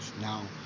now